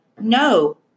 No